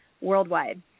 worldwide